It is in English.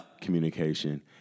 communication